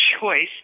choice